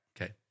okay